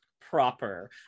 proper